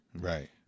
Right